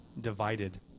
divided